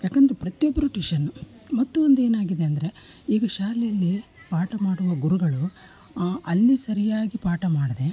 ಯಾಕಂದರೆ ಪ್ರತಿಯೊಬ್ಬರೂ ಟ್ಯೂಷನ್ನು ಮತ್ತೊಂದೇನಾಗಿದೆ ಅಂದರೆ ಈಗ ಶಾಲೆಯಲ್ಲಿ ಪಾಠ ಮಾಡುವ ಗುರುಗಳು ಅಲ್ಲಿ ಸರಿಯಾಗಿ ಪಾಠ ಮಾಡದೇ